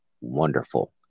wonderful